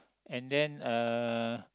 and then uh